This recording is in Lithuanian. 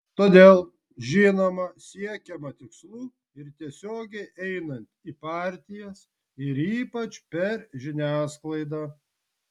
ir todėl žinoma siekiama tikslų ir tiesiogiai einant į partijas ir ypač per žiniasklaidą